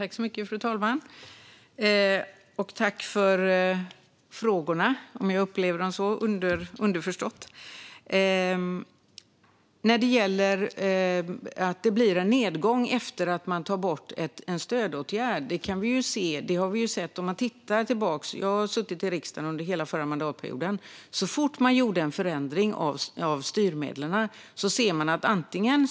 Fru talman! Tack, ledamoten, för frågorna, även om de var underförstådda! Att det blir en nedgång efter att man tar bort en stödåtgärd har vi sett tidigare. Jag satt i riksdagen under hela förra mandatperioden. Så fort man gör en förändring av styrmedlen får det effekter.